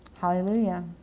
Hallelujah